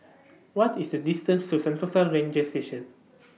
What IS The distance to Sentosa Ranger Station